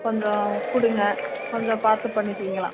கொஞ்சம் கொடுங்க கொஞ்சம் பார்த்து பண்ணிக்குவீங்களாம்